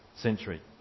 century